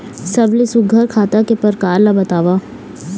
सबले सुघ्घर खाता के प्रकार ला बताव?